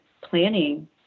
planning